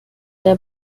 der